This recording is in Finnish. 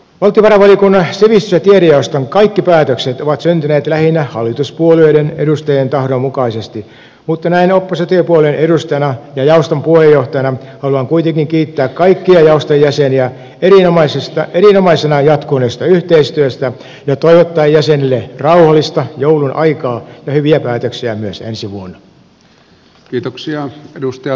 valtiovarainvaliokunnan sivistys ja tiedejaoston kaikki päätökset ovat syntyneet lähinnä hallituspuolueiden edustajien tahdon mukaisesti mutta näin oppositiopuolueen edustajana ja jaoston puheenjohtajana haluan kuitenkin kiittää kaikkia jaoston jäseniä erinomaisena jatkuneesta yhteistyöstä ja toivottaa jäsenille rauhallista joulunaikaa ja hyviä päätöksiä myös ensi vuonna